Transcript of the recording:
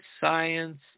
science